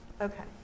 Okay